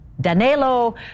Danilo